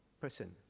person